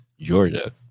Georgia